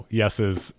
yeses